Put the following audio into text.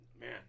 man